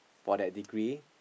for that degree